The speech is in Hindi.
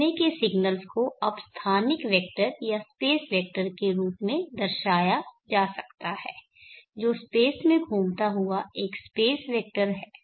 समय के सिग्नल्स को अब स्थानिक वेक्टर या स्पेस वेक्टर के रूप में दर्शाया जा सकता है जो स्पेस में घूमता हुआ एक स्पेस वेक्टर है